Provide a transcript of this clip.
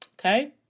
Okay